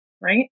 right